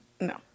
No